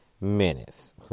Minutes